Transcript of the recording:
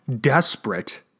desperate